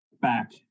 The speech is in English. back